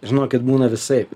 žinokit būna visaip